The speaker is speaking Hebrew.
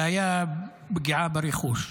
והייתה פגיעה ברכוש.